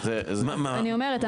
אני אומרת,